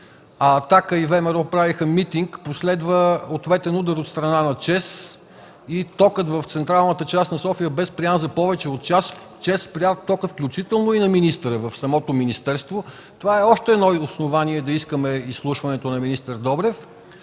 „Атака” и ВМРО правеха митинг, последва ответен удар от страна на ЧЕЗ и токът в централната част на София бе спрян за повече от час. ЧЕЗ спря тока включително и на министъра, в самото министерство. Това е още едно основание да искаме изслушването на министър Добрев.